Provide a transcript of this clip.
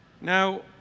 Now